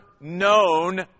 known